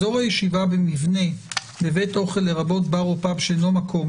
אזור הישיבה במבנה בבית אוכל לרבות באר או פאב שאינו מקום,